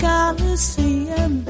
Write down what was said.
Coliseum